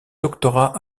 doctorat